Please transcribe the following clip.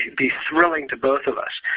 be thrilling to both of us?